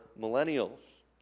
millennials